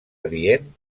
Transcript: adient